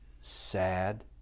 sad